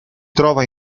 trova